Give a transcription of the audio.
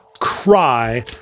cry